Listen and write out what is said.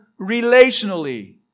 relationally